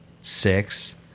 six